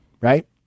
right